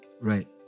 right